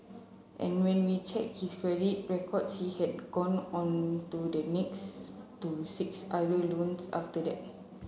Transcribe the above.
and when we checked his records he had gone on to the next to six other loans after that